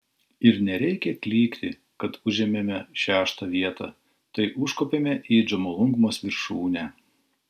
ir nereikia klykti kad užėmėme šeštą vietą tai užkopėme į džomolungmos viršūnę